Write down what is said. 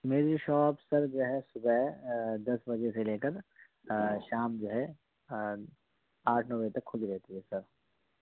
میری shop sir جو ہے صبح دس بجے سے لے کر شام جو ہے آٹھ نو بجے تک کھلی رہتی ہے سر